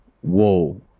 whoa